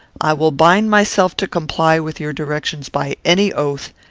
i will bind myself to comply with your directions by any oath,